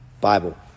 Bible